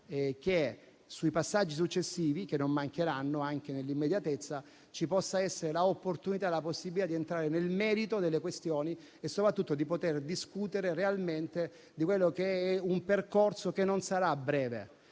che sui passaggi successivi, che non mancheranno anche nell'immediatezza, ci possa essere l'occasione per entrare nel merito delle questioni e, soprattutto, per poter discutere realmente di un percorso che non sarà breve.